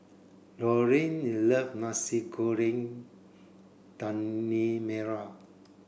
Laureen love Nasi Goreng Daging Merah